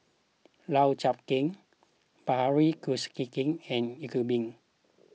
Lau Chiap Khai Bilahari Kausikan and Iqbal